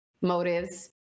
motives